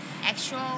actual